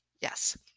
yes